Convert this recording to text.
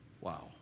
Wow